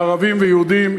לערבים ויהודים,